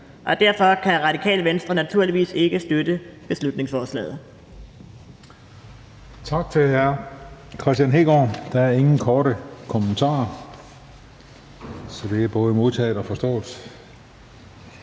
derfor kan Radikale Venstre naturligvis ikke støtte beslutningsforslaget.